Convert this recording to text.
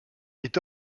est